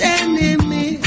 enemy